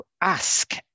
ask